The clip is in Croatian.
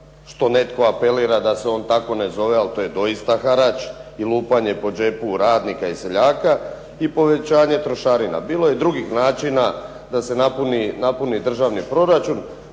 što netko apelira da se on tako ne zove, ali to je dosita harač i lupanje po džepu radnika i seljaka i povećanje trošarina. Bilo je drugih načina da se napuni državni proračun,